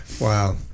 Wow